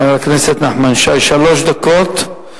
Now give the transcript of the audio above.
חבר הכנסת נחמן שי, שלוש דקות,